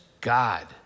God